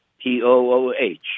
P-O-O-H